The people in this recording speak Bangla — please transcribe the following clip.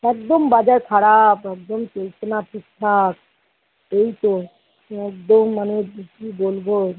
একদম বাজার খারাপ একদম চলছে না ঠিকঠাক এই তো একদম মানে কী বলব